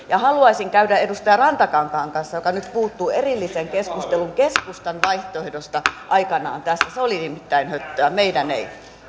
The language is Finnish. haluaisin käydä edustaja rantakankaan kanssa joka nyt puuttuu erillisen keskustelun keskustan vaihtoehdosta aikanaan tästä se oli nimittäin höttöä meidän ei